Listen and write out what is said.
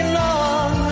long